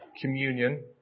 communion